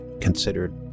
considered